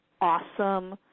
awesome